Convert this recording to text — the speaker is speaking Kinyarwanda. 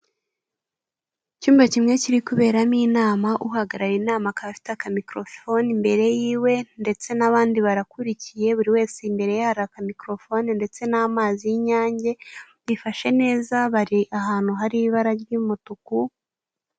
Icyumba kimwe kiri kuberamo inama uhagarariye inama aka afite akamikorofone imbere yiwe ndetse n'abandi barakurikiye buri wese imbere ye hari aka mikorofone ndetse n'amazi y'inyange, bifashe neza bari ahantu hari ibara ry'umutuku.